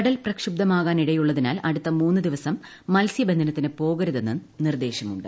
കടൽ പ്രക്ഷുബ്ധമാകാനിടയുള്ളതിനാൽ അടുത്ത മൂന്നു ദിവസം മത്സ്യബന്ധനത്തിനു പോകരുതെന്ന് നിർദ്ദേശമുണ്ട്